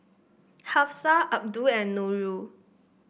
Hafsa Abdul and Nurul